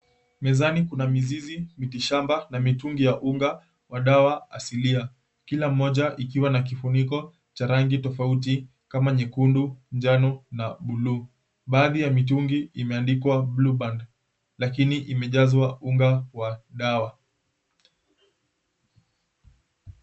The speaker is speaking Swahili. Mezani kuna mizizi, miti shamba na mitungi ya unga, madawa asilia. Kila moja ikiwa na kifuniko cha rangi tofauti kama nyekundu, njano na buluu. Baadhi ya mitungi imeandikwa 'Blue Band' lakini imejazwa unga wa dawa.